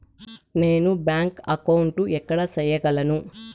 నేను bank account ఎక్కడ సేయగలను